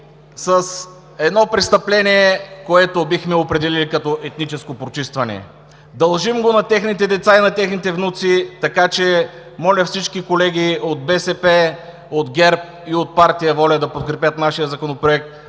с едно престъпление, което бихме определили като етническо прочистване. (Шум и реплики от ОП.) Дължим го на техните деца и на техните внуци, така че моля всички колеги от БСП, от ГЕРБ и от Партия „Воля“ да подкрепят нашия законопроект.